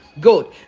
good